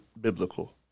biblical